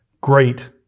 Great